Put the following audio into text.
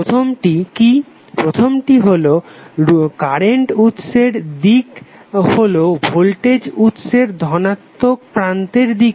প্রথমটি কি প্রথমটি হলো কারেন্ট উৎসের দিক হলো ভোল্টেজ উৎসের ধনাত্মক প্রান্তের দিকে